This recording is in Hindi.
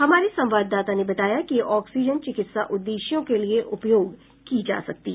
हमारे संवाददाता ने बताया है कि यह ऑक्सीजन चिकित्सा उद्देश्यों के लिए उपयोग की जा सकती है